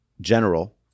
general